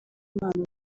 impano